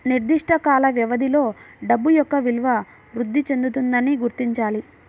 నిర్దిష్ట కాల వ్యవధిలో డబ్బు యొక్క విలువ వృద్ధి చెందుతుందని గుర్తించాలి